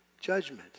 Judgment